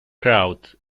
crowd